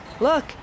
Look